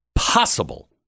possible